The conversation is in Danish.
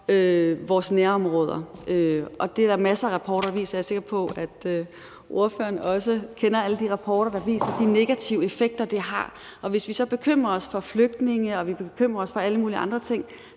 vores nærområder. Der er masser af rapporter, der viser – og jeg er sikker på, at spørgeren også kender alle de rapporter – de negative effekter, det har. Og hvis vi så bekymrer os for flygtninge og vi bekymrer os for alle mulige andre ting,